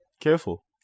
careful